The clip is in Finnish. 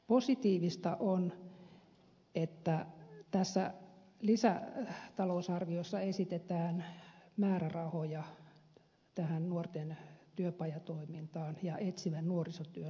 positiivista on että tässä lisätalousarviossa esitetään määrärahoja tähän nuorten työpajatoimintaan ja etsivän nuorisotyön vahvistamiseen